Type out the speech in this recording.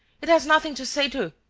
it has nothing to say to.